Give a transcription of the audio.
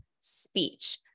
speech